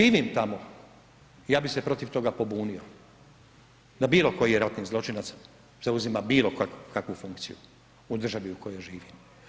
Da živim tamo, ja bih se protiv toga pobunio da bilo koji ratni zločinac zauzima bilo kakvu funkciji u državi u kojoj živim.